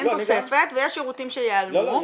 אין תוספת ויש שירותים שייעלמו.